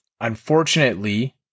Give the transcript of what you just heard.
Unfortunately